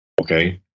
Okay